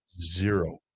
zero